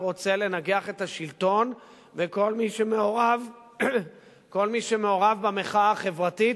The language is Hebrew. רוצה לנגח את השלטון וכל מי שמעורב במחאה החברתית